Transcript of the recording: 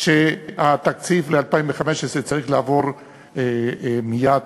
שהתקציב ל-2015 צריך לעבור מייד,